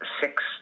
six